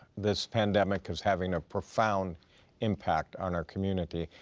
this pandemic is having a profound impact on our community.